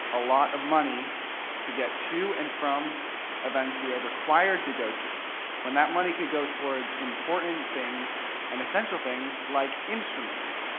a lot of money to get to and from events we are required to go to when that money could go towards important things and essential things like instruments.